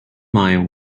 mind